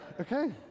Okay